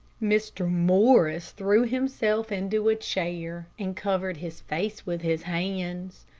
mr. morris threw himself into a chair and covered his face with his hands.